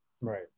right